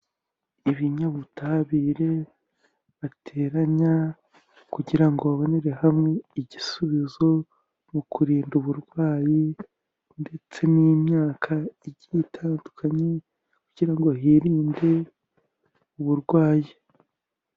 Ibinyabutabire bateranya kugira ngo babonere hamwe igisubizo mu kurinda uburwayi ndetse n'imyaka igiye itandukanye kugira ngo birinde uburwayi.